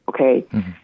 okay